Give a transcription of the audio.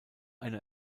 eine